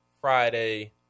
Friday